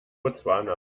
botswana